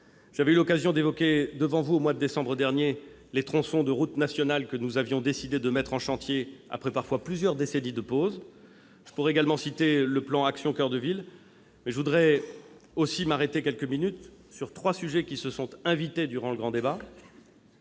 J'avais eu l'occasion d'évoquer devant vous, au mois de décembre dernier, les tronçons de routes nationales que nous avions décidé de mettre en chantier après parfois plusieurs décennies de pause. Je pourrais également citer le plan Action coeur de ville. Je m'arrêterai quelques minutes sur trois sujets qui se sont invités dans le grand débat.